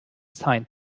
signed